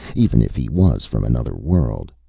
even if he was from another world.